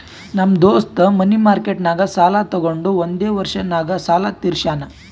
ನಮ್ ದೋಸ್ತ ಮನಿ ಮಾರ್ಕೆಟ್ನಾಗ್ ಸಾಲ ತೊಗೊಂಡು ಒಂದೇ ವರ್ಷ ನಾಗ್ ಸಾಲ ತೀರ್ಶ್ಯಾನ್